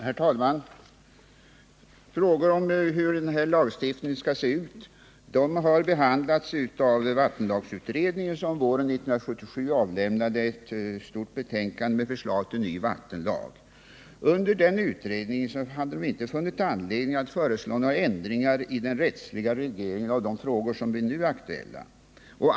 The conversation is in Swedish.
Herr talman! Frågor om hur den här lagstiftningen skall se ut har behandlats av vattenlagsutredningen, som våren 1977 avlämnade ett stort betänkande med förslag till ny vattenlag. Under den utredningen har man inte funnit anledning att föreslå några ändringar i den rättsliga regleringen av de frågor som nu är aktuella.